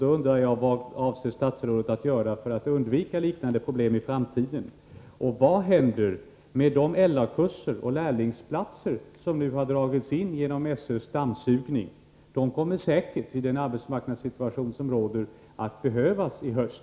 Då undrar jag: Vad avser statsrådet att göra för att undvika liknande problem i framtiden, och vad händer med de LA-kurser och lärlingsplatser som nu har dragits in genom SÖ:s dammsugning? De kommer säkert, i den arbetsmarknadssituation som råder, att behövas i höst.